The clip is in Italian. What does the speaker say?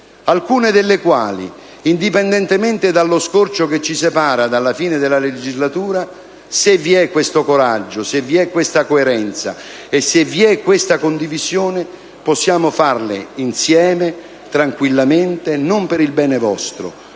Alcune delle quali, indipendentemente dallo scorcio che ci separa dalla fine della legislatura, se vi è questo coraggio, se vi è questa coerenza e se vi è questa condivisione, possiamo farle insieme, tranquillamente; non per il bene vostro,